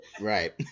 Right